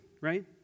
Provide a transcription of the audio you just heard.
Right